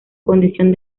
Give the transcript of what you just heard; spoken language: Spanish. condición